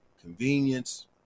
convenience